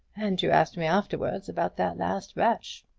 and you asked me afterward about that last batch.